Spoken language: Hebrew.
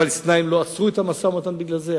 הפלסטינים לא עצרו את המשא-ומתן בגלל זה,